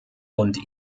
und